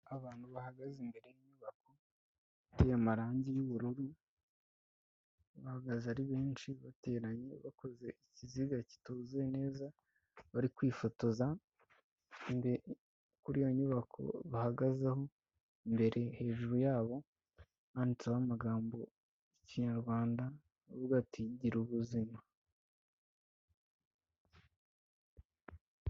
Amarangi y'ubururu, bahagaze ari benshi bateranye bakoze ikiziga kituzuye neza, bari kwifotoza, kuri iyo nyubako bahagazeho imbere hejuru yabo handitseho amagambo y'Ikinyarwanda avuga ati: "gira ubuzima".